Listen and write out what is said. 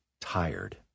tired